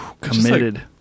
Committed